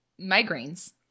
migraines